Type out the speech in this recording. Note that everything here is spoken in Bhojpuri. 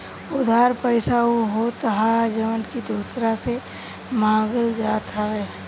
उधार पईसा उ होत हअ जवन की दूसरा से मांगल जात हवे